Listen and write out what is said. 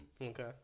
Okay